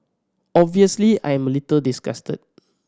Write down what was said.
obviously I am a little disgusted